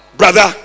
brother